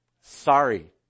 sorry